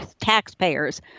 taxpayers